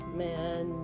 man